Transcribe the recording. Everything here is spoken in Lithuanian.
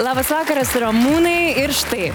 labas vakaras ramūnai ir štai